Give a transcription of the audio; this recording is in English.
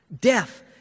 Death